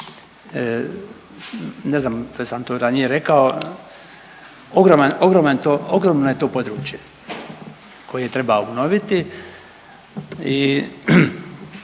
Ne znam jesam li to ranije rekao, ogromno je to područje koje treba obnoviti i